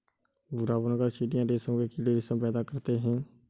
भूरा बुनकर चीटियां रेशम के कीड़े रेशम पैदा करते हैं